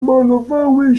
malowały